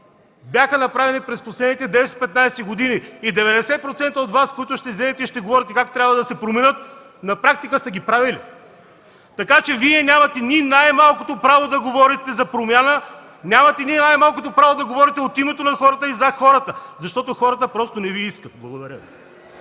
бяха направени през последните 10-15 години и 90% от Вас, които ще излезете и ще говорите как трябва да се променят, на практика са ги правили. Така че Вие нямате ни най-малко право да говорите за промяна, нямате ни най-малко право да говорите от името на хората и за хората. Защото хората просто не Ви искат. Благодаря Ви.